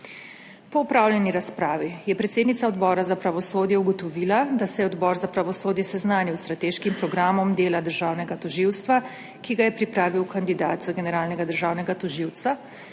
Po opravljeni razpravi je predsednica Odbora za pravosodje ugotovila, da se je Odbor za pravosodje seznanil s strateškim programom dela državnega tožilstva, ki ga je pripravil kandidat za generalnega državnega tožilca.